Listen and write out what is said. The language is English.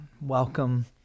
Welcome